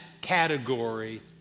category